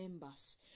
members